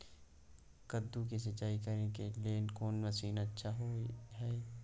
कद्दू के सिंचाई करे के लेल कोन मसीन अच्छा होय है?